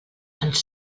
ens